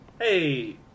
Hey